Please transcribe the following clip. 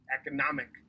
economic